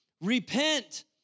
Repent